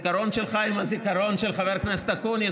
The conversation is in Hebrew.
הזיכרון שלך והזיכרון של חבר הכנסת אקוניס